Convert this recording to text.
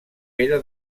pere